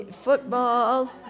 football